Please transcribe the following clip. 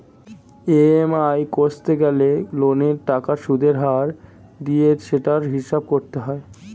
EMI কষতে গেলে লোনের টাকার সুদের হার দিয়ে সেটার হিসাব করতে হয়